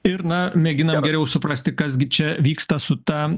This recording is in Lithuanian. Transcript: ir na mėginam geriau suprasti kas gi čia vyksta su ta